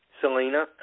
selena